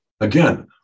Again